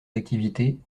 d’activité